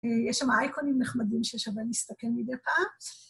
יש שם אייקונים נחמדים ששווה להסתכל מדי פעם.